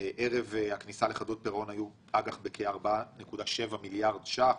ערב הכניסה לחדלות פירעון היו אג"ח בכ-4.7 מיליארד ש"ח,